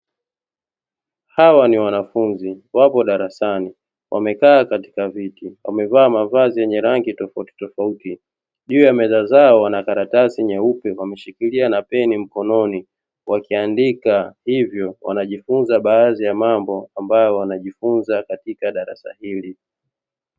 Hawa ni wanafunzi wapo darasani wamekaa katika viti wamevaa mavazi yenye rangi tofautitofauti. Juu ya meza zao wana karatasi nyeupe wameshikilia na peni mkononi wakiandika, hivyo wanajifunza baadhi ya mambo ambayo wanajifunza katika darasa hili.